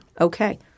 Okay